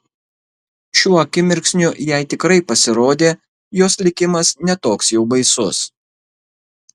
šiuo akimirksniu jai tikrai pasirodė jos likimas ne toks jau baisus